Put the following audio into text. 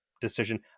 decision